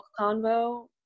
convo